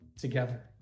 together